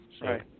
right